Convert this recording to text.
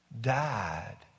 Died